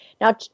Now